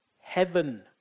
heaven